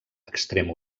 extrem